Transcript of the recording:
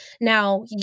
Now